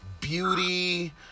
beauty